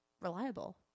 reliable